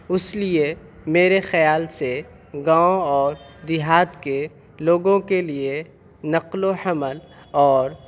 اس لیے میرے خیال سے گاؤں اور دیہات کے لوگوں کے لیے نقل و حمل اور